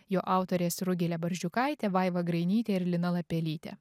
jo autorės rugilė barzdžiukaitė vaiva grainytė ir lina lapelytė